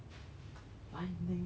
lightning and the thunder